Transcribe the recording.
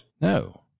No